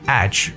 edge